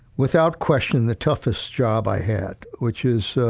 without question, the toughest job i had, which is,